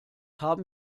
haben